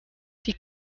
die